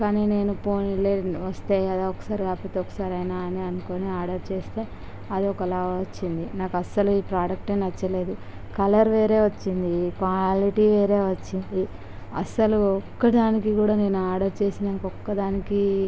కానీ నేను పోనిలే వస్తాయి కదా ఒకసారి కాకపోయినా ఒకసారి అని అనుకోని ఆర్డర్ చేస్తే అది ఒకలాగా వచ్చింది అసలు ఈ ప్రొడుక్ట్ నచ్చలేదు కలర్ వేరే వచ్చింది క్వాలిటీ వేరే వచ్చింది అస్సలు ఒక్కదానికి కూడా నేను ఆర్డర్ చేసినట్లు ఒక్క దానికి